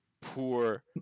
poor